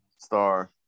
star